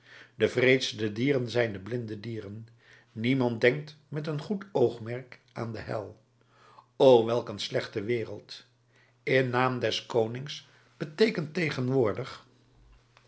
de wreedste dieren zijn de blinde dieren niemand denkt met een goed oogmerk aan de hel o welk een slechte wereld in naam des konings beteekent tegenwoordig